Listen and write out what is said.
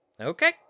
Okay